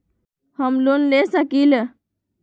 हम लोन ले सकील?